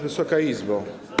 Wysoka Izbo!